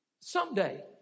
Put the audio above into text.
someday